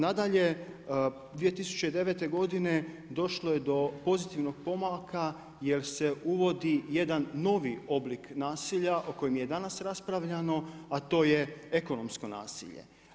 Nadalje, 2009. godine došlo je do pozitivnog pomaka, jer se uvodi jedan novi oblik nasilja o kojem je danas raspravljano, a to je ekonomsko nasilje.